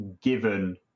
given